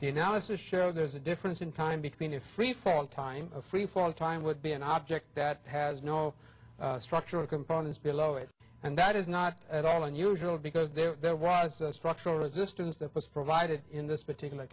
you know it's a show there's a difference in time between a freefall time a freefall time would be an object that has no structural components below it and that is not at all unusual because that was a structural resistance that was provided in this particular